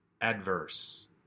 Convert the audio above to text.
adverse